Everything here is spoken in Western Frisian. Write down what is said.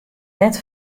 net